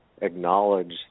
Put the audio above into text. acknowledge